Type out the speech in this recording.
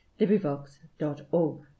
LibriVox.org